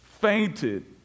fainted